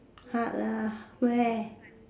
hard lah where